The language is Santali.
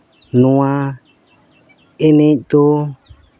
ᱱᱚᱣᱟ ᱮᱱᱮᱡ ᱫᱚ